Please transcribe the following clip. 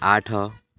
ଆଠ